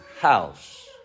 house